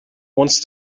once